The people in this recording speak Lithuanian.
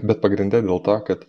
bet pagrinde dėl to kad